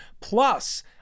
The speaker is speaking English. Plus